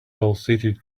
pulsated